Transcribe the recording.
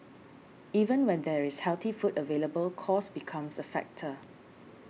even where there is healthy food available cost becomes a factor